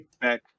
back